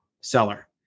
seller